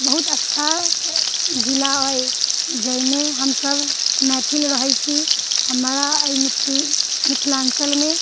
बहुत अच्छा जिला अछि जाहिमे हमसभ मैथिल रहै छी हमरा एहि मिथि मिथिलाञ्चल मे